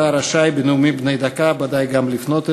אתה ודאי רשאי גם בנאומים בני דקה לפנות אלי,